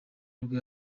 nibwo